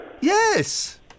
Yes